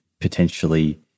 potentially